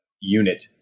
unit